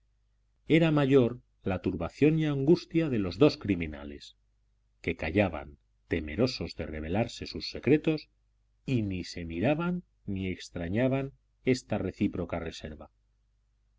era mayor la turbación y la angustia de los dos criminales que callaban temerosos de revelarse sus secretos y ni se miraban ni extrañaban esta recíproca reserva